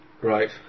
Right